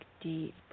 deep